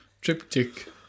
Triptych